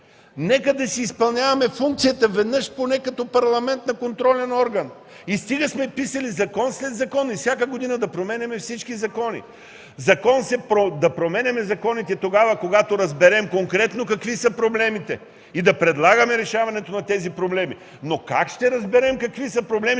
Нека да си изпълняваме функцията на контролен орган веднъж поне като Парламент. Стига сме писали закон след закон и всяка година да променяме всички закони. Нека променяме законите, когато разберем конкретно какви са проблемите, да предлагаме решаването на тези проблеми. А как ще разберем какви са проблемите,